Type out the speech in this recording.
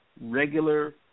regular